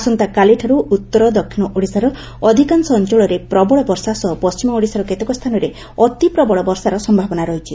ଆସନ୍ତାକାଲିଠାର୍ ଉତ୍ତର ଦକ୍ଷିଣ ଓଡ଼ିଶାର ଅଧିକାଂଶ ଅଂଚଳରେ ପ୍ରବଳ ବର୍ଷା ସହ ପଣ୍କିମ ଓଡ଼ିଶାର କେତେକ ସ୍ଚାନରେ ଅତିପ୍ରବଳ ବର୍ଷାର ସୟାବନା ରହିଛି